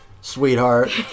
sweetheart